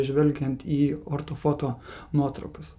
žvelgiant į ortofoto nuotraukas